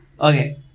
okay